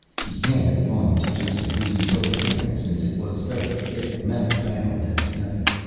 he handed the volume to jason, using both hands since it was very thick, metal bound and heavy.